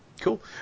Cool